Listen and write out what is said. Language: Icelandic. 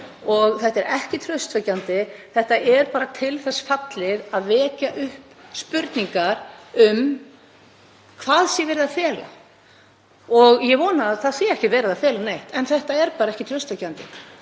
Þetta er ekki traustvekjandi. Þetta er til þess fallið að vekja upp spurningar um hvað sé verið að fela. Ég vona að það sé ekki verið að fela neitt en þetta er ekki traustvekjandi.